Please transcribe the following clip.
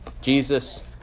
Jesus